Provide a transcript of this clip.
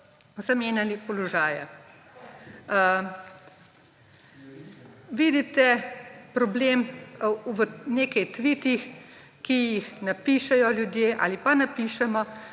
zamenjali položaje. Vidite problem v nekaj tvitih, ki jih napišejo ljudje ali pa napišemo.